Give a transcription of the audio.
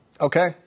Okay